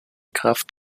kraft